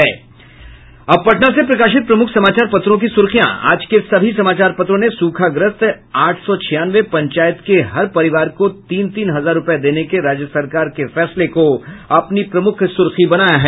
ेअब पटना से प्रकाशित प्रमुख समाचार पत्रों की सुर्खियां आज के सभी समाचार पत्रों ने सूखाग्रस्त आठ सौ छियानवे पंचायत के हर परिवार को तीन तीन हजार रूपये देने के राज्य सरकार के फैसले को अपनी प्रमुख सुर्खी बनाया है